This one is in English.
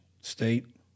state